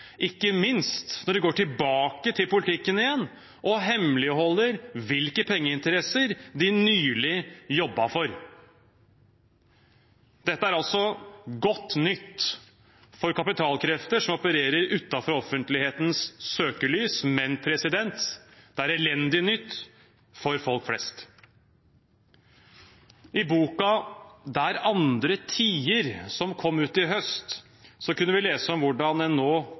ikke minst når de går tilbake til politikken og hemmeligholder hvilke pengeinteresser de nylig jobbet for? Dette er godt nytt for kapitalkrefter som opererer utenfor offentlighetens søkelys, men det er elendig nytt for folk flest. I boken Der andre tier, som kom ut i høst, kunne vi lese om hvordan en nå